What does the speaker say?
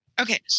Okay